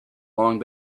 long